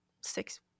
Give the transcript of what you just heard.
six